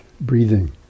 breathing